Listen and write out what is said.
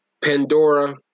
Pandora